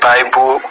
Bible